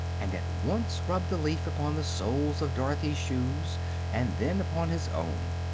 and at once rubbed a leaf upon the soles of dorothy's shoes and then upon his own.